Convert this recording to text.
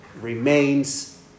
remains